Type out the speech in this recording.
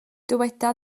dyweda